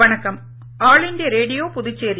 வனக்கம் all India Radio Puducherry